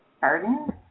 Pardon